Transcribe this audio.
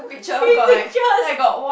three pictures